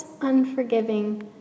unforgiving